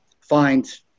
find